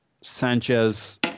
Sanchez